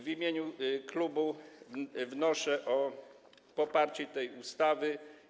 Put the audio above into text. W imieniu klubu wnoszę o poparcie tej ustawy.